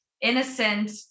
innocent